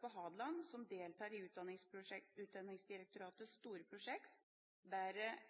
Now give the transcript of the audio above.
på Hadeland som deltar i Utdanningsdirektoratets store prosjekt